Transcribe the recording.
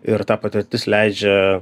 ir ta patirtis leidžia